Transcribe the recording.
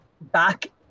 Back